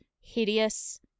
hideous